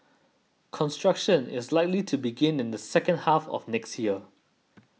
construction is likely to begin in the second half of next year